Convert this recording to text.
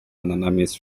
miss